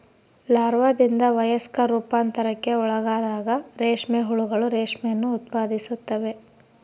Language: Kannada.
ಲಾರ್ವಾದಿಂದ ವಯಸ್ಕ ರೂಪಾಂತರಕ್ಕೆ ಒಳಗಾದಾಗ ರೇಷ್ಮೆ ಹುಳುಗಳು ರೇಷ್ಮೆಯನ್ನು ಉತ್ಪಾದಿಸುತ್ತವೆ